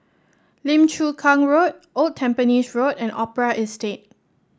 Lim Chu Kang Road Old Tampines Road and Opera Estate